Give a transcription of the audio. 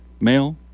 male